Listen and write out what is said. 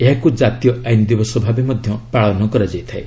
ଏହାକୁ ଜାତୀୟ ଆଇନ୍ ଦିବସ ଭାବେ ମଧ୍ୟ ପାଳନ କରାଯାଇଥାଏ